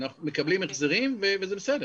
אנחנו מקבלים החזרים וזה בסדר,